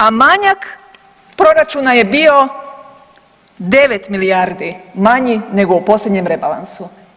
A manjak proračuna je bio 9 milijardi manji nego u posljednjem rebalansu.